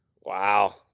Wow